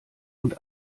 und